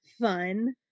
fun